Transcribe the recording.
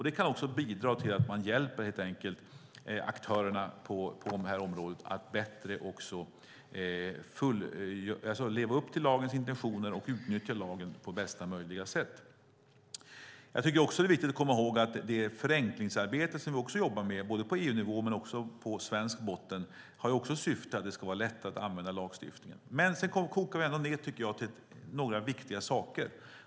Det kan bidra till att man hjälper aktörerna på det här området att bättre leva upp till lagens intentioner och utnyttja lagen på bästa möjliga sätt. Jag tycker att det är viktigt att komma ihåg att det förenklingsarbete som vi jobbar med på EU-nivå men också i Sverige har som syfte att det ska vara lätt att använda lagstiftningen. Men sedan kokar det ändå ned, tycker jag, till några viktiga saker.